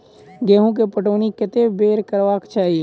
गेंहूँ केँ पटौनी कत्ते बेर करबाक चाहि?